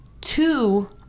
two